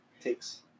takes